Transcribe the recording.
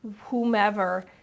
whomever